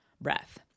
breath